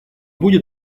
будет